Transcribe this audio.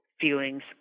feelings